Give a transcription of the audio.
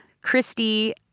Christy